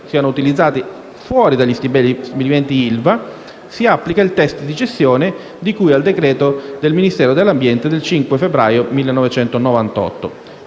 siano utilizzati fuori dagli stabilimenti ILVA, si applica il *test* di cessione di cui al decreto del Ministero dell'ambiente del 5 febbraio 1998.